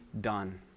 done